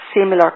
similar